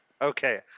Okay